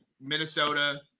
Minnesota